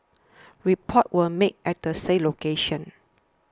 reports were made at the said location